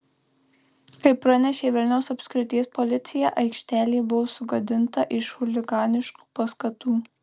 kaip pranešė vilniaus apskrities policija aikštelė buvo sugadinta iš chuliganiškų paskatų